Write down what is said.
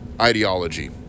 ideology